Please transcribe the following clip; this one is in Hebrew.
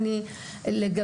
אני דרך